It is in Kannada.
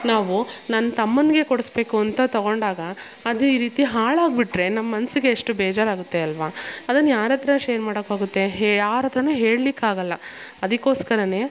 ನಾವು ನನ್ನ ತಮ್ಮನಿಗೆ ಕೊಡಿಸಬೇಕು ಅಂತ ತಗೊಂಡಾಗ ಅದು ಈ ರೀತಿ ಹಾಳಾಗಿಬಿಟ್ರೆ ನಮ್ಮ ಮನಸಿಗೆ ಎಷ್ಟು ಬೇಜಾರಾಗುತ್ತೆ ಅಲ್ಲವ ಅದನ್ನು ಯಾರ ಹತ್ರ ಶೇರ್ ಮಾಡಕ್ಕಾಗುತ್ತೆ ಹೆ ಯಾರ ಹತ್ರನು ಹೇಳ್ಲಿಕ್ಕೆ ಆಗೋಲ್ಲ ಅದಕ್ಕೊಸ್ಕರನೇ